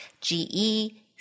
GE